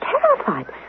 terrified